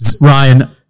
Ryan